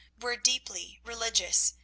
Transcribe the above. were deeply religious,